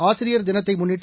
ஆசிரியர் தினத்தை முன்னிட்டு